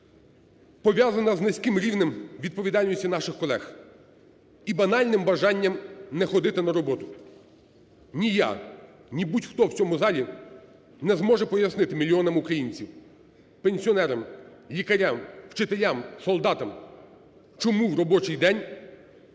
пов'язана з низьким рівнем відповідальності наших колег і банальним бажанням не ходити на роботу. Ні я, ні будь-хто в цьому залі не зможе пояснити мільйонам українців, пенсіонерам, лікарям, вчителям, солдатам, чому в робочих день